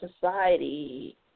society